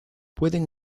pueden